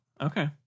Okay